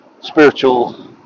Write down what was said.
spiritual